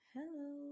Hello